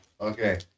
Okay